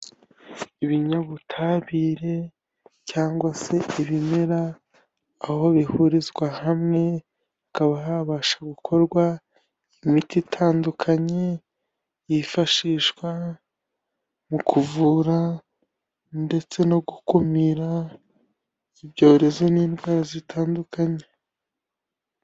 Ibinyabutabire cyangwa se ibimera, aho bihurizwa hamwe, hakaba habasha gukorwa imiti itandukanye, yifashishwa mu kuvura ndetse no gukumira ibyorezo n'indwara zitandukanye.